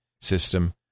system